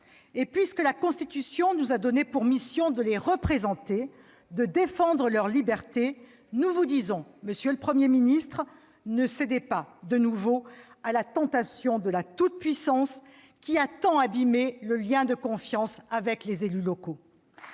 Puisque la Constitution nous donne pour mission de les représenter, de défendre leurs libertés, nous vous disons : monsieur le Premier ministre, ne cédez pas de nouveau à la tentation de la toute-puissance, qui a tant abîmé le lien de confiance avec les élus locaux